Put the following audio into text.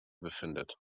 befindet